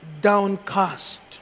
downcast